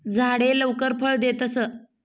झाडे लवकर फळ देतस